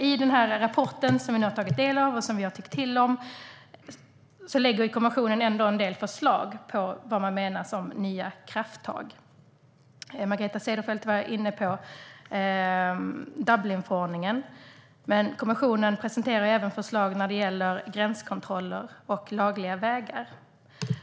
I den rapport som vi har tagit del av och som vi har tyckt till om lägger kommissionen fram en del förslag om det man menar är nya krafttag. Margareta Cederfelt var inne på Dublinförordningen, men kommissionen presenterar även förslag om gränskontroller och lagliga vägar.